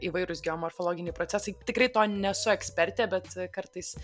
įvairūs geomorfologiniai procesai tikrai to nesu ekspertė bet kartais